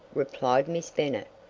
replied miss bennet.